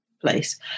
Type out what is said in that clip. place